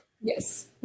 Yes